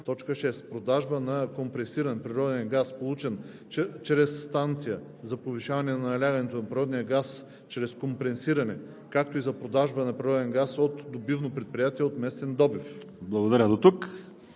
т. 6: „6. продажба на компресиран природен газ, получен чрез станция за повишаване на налягането на природния газ чрез компресиране, както и за продажба на природен газ от добивно предприятие от местен добив.“ ПРЕДСЕДАТЕЛ